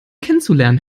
kennenzulernen